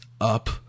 up